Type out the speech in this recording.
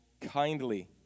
kindly